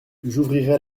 j’ouvrirai